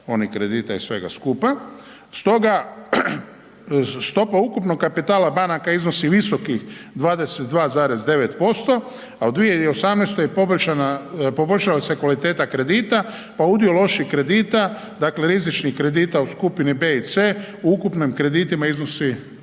onih kredita i svega skupa stoga stopa ukupnog kapitala banaka iznosi visokih 22,9% a u 2018. poboljšala se kvaliteta kredita pa udio loših kredita, dakle rizičnih kredita u skupini B i C u ukupnim kreditima iznosi